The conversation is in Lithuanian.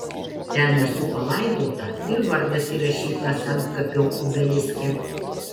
ten esu palaidota ir vardas įrašytas antkapio obeliske